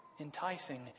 enticing